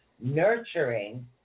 nurturing